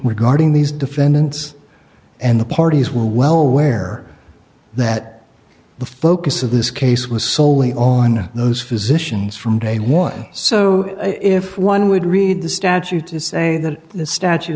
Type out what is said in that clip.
regarding these defendants and the parties were well aware that the focus of this case was soley on those physicians from day one so if one would read the statute to say that the statute